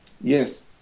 Yes